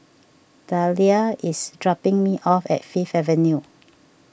Deliah is dropping me off at Fifth Avenue